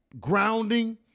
grounding